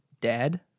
dad